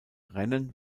rennen